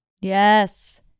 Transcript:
Yes